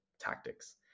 tactics